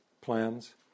plans